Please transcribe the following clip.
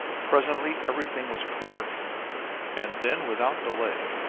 presently everything was clear and then, without delay,